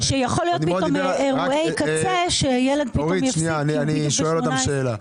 אורית, אני שואל אותם שאלה.